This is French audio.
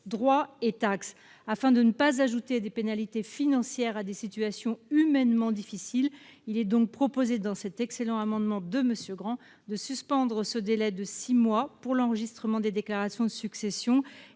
droits et taxes ». Afin de ne pas ajouter des pénalités financières à des situations humainement difficiles, il est proposé dans cet excellent amendement de suspendre ce délai de six mois pour l'enregistrement des déclarations de successions